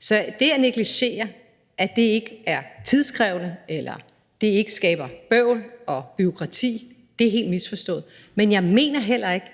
så at negligere det og tro, at det ikke er tidskrævende eller det ikke skaber bøvl og bureaukrati, er helt misforstået. Men jeg mener heller ikke,